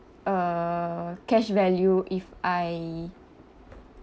uh cash value if I